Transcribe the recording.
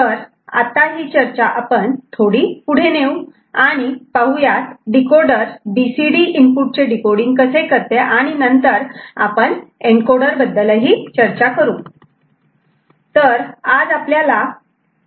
तर आता ही चर्चा आपण पण थोडी पुढे नेऊ आणि पाहु यात decoder B C D input चे डिकोडिंग कसे करते आणि नंतर आपण एनकोडर बद्दल चर्चा करू